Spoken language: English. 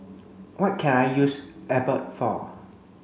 what can I use Abbott for